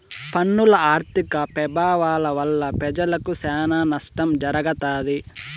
పన్నుల ఆర్థిక పెభావాల వల్ల పెజలకి సానా నష్టం జరగతాది